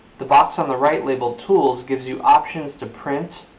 the box on the right labeled tools gives you options to print,